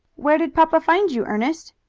where did papa find you, ernest?